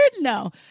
No